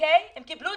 אבל